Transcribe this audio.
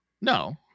No